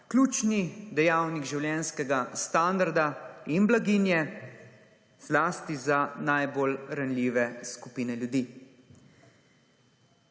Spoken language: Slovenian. ključni dejavnik življenjskega standarda in blaginje zlasti za najbolj ranljive skupine ljudi.